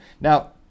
Now